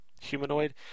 humanoid